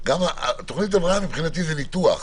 תוכנית הבראה מבחינתי זה ניתוח,